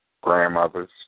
grandmothers